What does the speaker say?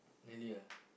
really ah